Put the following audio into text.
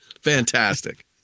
fantastic